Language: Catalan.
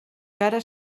cara